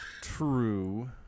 True